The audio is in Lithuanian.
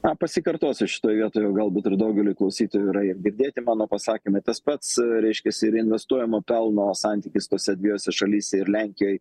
na pasikartosiu šitoj vietoj o galbūt ir daugeliui klausytojų yra ir girdėti mano pasakymai tas pats reiškiasi ir investuojamo pelno santykis tose dviejose šalyse ir lenkijoj